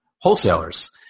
Wholesalers